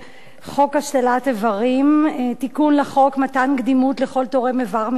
חוק השתלת אברים (תיקון) (מתן קדימות לכל תורם אבר מן החי).